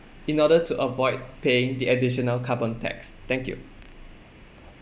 in order to avoid paying the additional carbon tax thank you